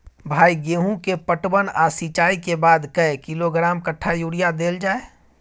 भाई गेहूं के पटवन आ सिंचाई के बाद कैए किलोग्राम कट्ठा यूरिया देल जाय?